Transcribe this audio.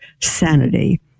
sanity